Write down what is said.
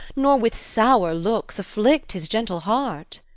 nor with sour looks afflict his gentle heart.